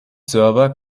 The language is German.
server